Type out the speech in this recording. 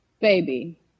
baby